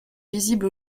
visibles